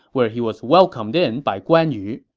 where he was welcomed in by guan yu.